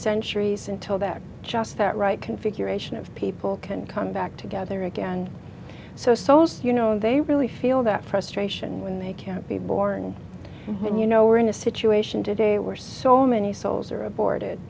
centuries until that just that right configuration of people can come back together again so so so you know they really feel that frustration when they can't be born and you know we're in a situation today where so many souls are aborted it